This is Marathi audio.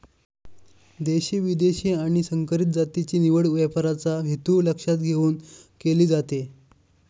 देशी, विदेशी आणि संकरित जातीची निवड व्यापाराचा हेतू लक्षात घेऊन केली जाते